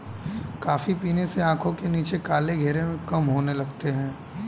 coffee पीने से आंखों के नीचे काले घेरे कम होने लगते हैं